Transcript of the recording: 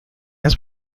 has